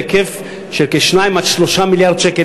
בהיקף של 2 3 מיליארד שקל,